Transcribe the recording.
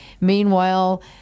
Meanwhile